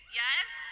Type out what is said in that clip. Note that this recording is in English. yes